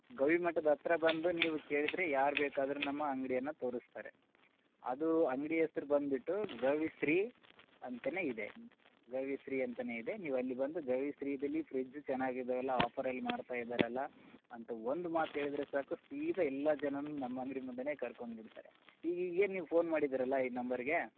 ಗವಿಮಠದ ಹತ್ರ ಬಂದು ನೀವು ಕೇಳಿದರೆ ಯಾರು ಬೇಕಾದರು ನಮ್ಮ ಅಂಗ್ಡಿಯನ್ನು ತೋರಿಸ್ತಾರೆ ಅದು ಅಂಗಡಿ ಹೆಸ್ರ್ ಬಂದ್ಬಿಟ್ಟು ಗವಿಶ್ರೀ ಅಂತ ಇದೆ ಗವಿಶ್ರೀ ಅಂತ ಇದೆ ನೀವು ಅಲ್ಲಿ ಬಂದು ಗವಿಶ್ರೀದಲ್ಲಿ ಫ್ರಿಜ್ ಚೆನ್ನಾಗಿದವಲ್ಲ ಆಫರಲ್ಲಿ ಮಾರ್ತಾ ಇದ್ದಾರಲ್ಲ ಅಂತ ಒಂದು ಮಾತು ಹೇಳಿದ್ರೆ ಸಾಕು ಸೀದ ಎಲ್ಲ ಜನರು ನಮ್ಮ ಅಂಗಡಿ ಮುಂದೆ ಕರ್ಕೊಂಬಂದು ಬಿಡ್ತಾರೆ ಈಗ ಈಗ ಏನು ನೀವು ಫೋನ್ ಮಾಡಿದ್ದೀರಲ್ಲ ಈ ನಂಬರಿಗೆ